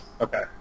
Okay